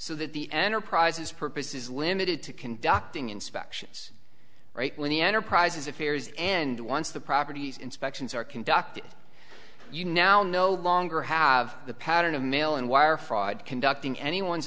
so that the enterprises purpose is limited to conducting inspections right when the enterprises affairs and once the properties inspections are conducted you now no longer have the pattern of mail and wire fraud conducting any one's